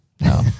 no